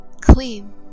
Clean